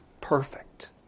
perfect